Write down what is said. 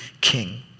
king